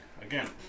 Again